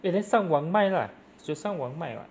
eh then 上网卖 lah 就上网卖